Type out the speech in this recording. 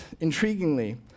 intriguingly